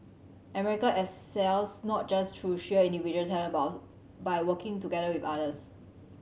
America excels not just through sheer individual talent about by working together with others